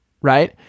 Right